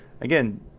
again